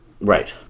Right